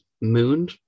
moon